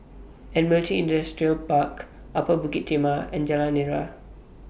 Admiralty Industrial Park Upper Bukit Timah and Jalan Nira